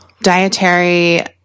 dietary